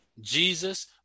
Jesus